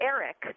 Eric